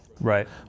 right